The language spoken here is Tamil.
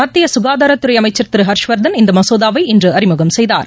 மத்தியசுகாதாரத்துறைஅமைச்சர் திருஹர்ஷ் வர்தன் இந்தமசோதாவை இன்றுஅறிமுகம் செய்தார்